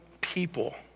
people